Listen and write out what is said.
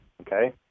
okay